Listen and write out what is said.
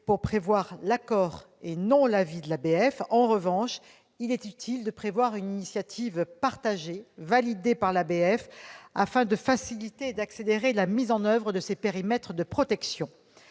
pour prévoir l'accord et non l'avis de l'ABF. En revanche, il est utile de prévoir une initiative partagée, validée par l'ABF, afin de faciliter et d'accélérer la mise en oeuvre de ces périmètres de protection.